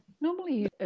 Normally